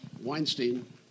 Weinstein